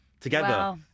together